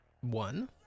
One